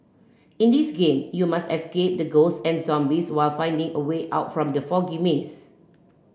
in this game you must escape the ghost and zombies while finding a way out from the foggy maze